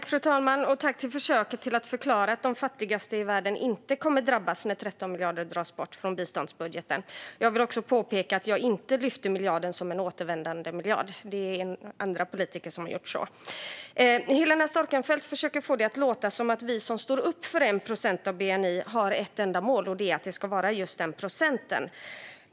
Fru talman! Tack för försöket att förklara att de fattigaste i världen inte kommer att drabbas när 13 miljarder dras bort från biståndsbudgeten! Jag vill också påpeka att jag inte tog upp miljarden som en återvändandemiljard. Det är andra politiker som har gjort det. Helena Storckenfeldt försöker få det att låta som att vi som står upp för en procent av bni har ett enda mål, och det är att det ska vara just den procenten.